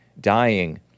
dying